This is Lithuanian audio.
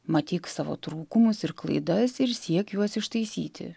matyk savo trūkumus ir klaidas ir siek juos ištaisyti